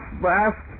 last